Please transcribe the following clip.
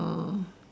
oh